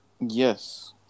yes